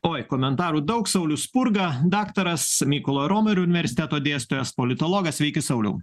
oi komentarų daug saulius spurga daktaras mykolo romerio universiteto dėstytojas politologas sveiki sauliau